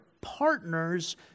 partners